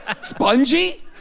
Spongy